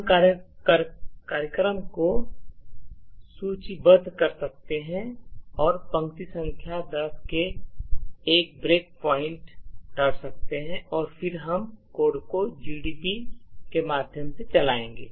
हम कार्यक्रम को सूचीबद्ध कर सकते हैं और पंक्ति संख्या 10 में एक ब्रेक पॉइंट डाल सकते हैं और फिर हम इस कोड को GDB के माध्यम से चलाएंगे